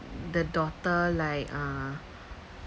the daughter like uh